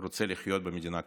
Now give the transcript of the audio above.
רוצה לחיות במדינה כזאת,